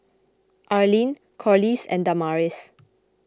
Arlyn Corliss and Damaris